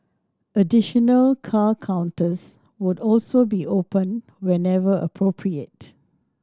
additional car counters would also be opened whenever appropriate